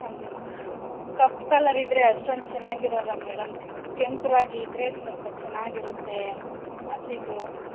ಹಾಗೆ ಕಪ್ಪು ಕಲರಿದ್ದರೆ ಅಷ್ಟೊಂದು ಚೆನ್ನಾಗಿರಲ್ಲ ಮೇಡಮ್ ಕೆಂಪು ರಾಗಿ ಇದ್ದರೆ ಸ್ವಲ್ಪ ಚೆನ್ನಾಗಿರುತ್ತೆ ಹಸಿಟ್ಟು